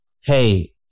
hey